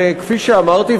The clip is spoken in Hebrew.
וכפי שאמרתי,